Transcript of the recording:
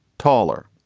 taller,